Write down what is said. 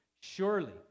Surely